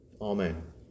Amen